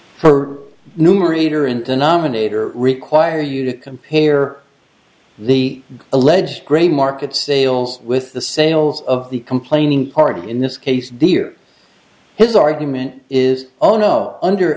denominator require you to compare the alleged grey market sales with the sales of the complaining party in this case dear his argument is oh no under